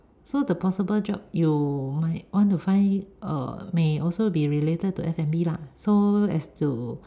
so the possible job you might want to find uh may also be related to F_N_B lah so as to